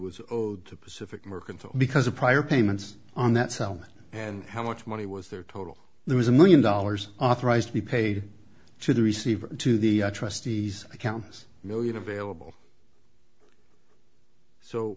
was owed to pacific mercantile because of prior payments on that cell and how much money was there total there was a million dollars authorized to be paid to the receiver to the trustees account was million available so